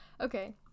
okay